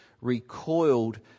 recoiled